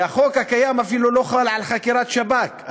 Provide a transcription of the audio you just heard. והחוק הקיים אפילו לא חל על חקירת שב"כ.